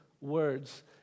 words